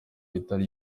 itari